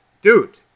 dude